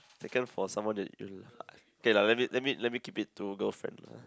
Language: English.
taken for someone that you uh okay lah let me let me keep it to girlfriend lah